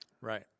Right